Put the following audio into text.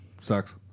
Sucks